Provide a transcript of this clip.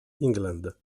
england